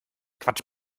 quatsch